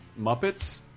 Muppets